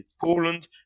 Poland